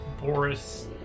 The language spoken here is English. Boris